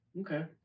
okay